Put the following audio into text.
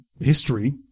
history